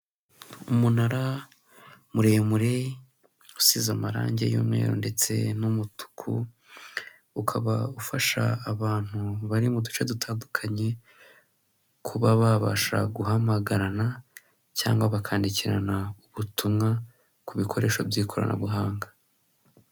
Umunara muremure usize amarangi y'umweru ndetse n'umutuku, ukaba ufasha abantu bari mu duce dutandukanye kuba babasha guhamagarana cyangwa bakandikirana ubutumwa, ku bikoresho by'ikoranabuhanga.